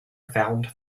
found